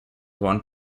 one